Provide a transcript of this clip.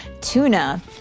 Tuna